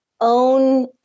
own